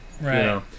Right